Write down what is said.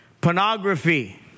pornography